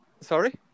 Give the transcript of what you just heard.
Sorry